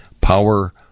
Power